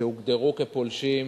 שהוגדרו פולשות,